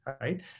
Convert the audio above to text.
right